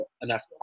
enough